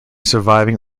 surviving